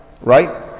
right